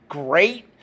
great